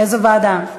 איזה ועדה?